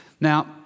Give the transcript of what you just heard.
Now